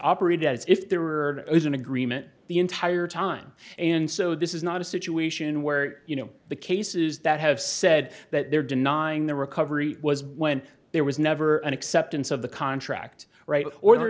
operate as if they were in agreement the entire time and so this is not a situation where you know the cases that have said that they're denying the recovery was when there was never an acceptance of the contract right or the